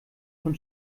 von